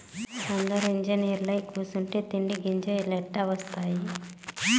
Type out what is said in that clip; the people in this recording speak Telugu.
అందురూ ఇంజనీరై కూసుంటే తిండి గింజలెట్టా ఒస్తాయి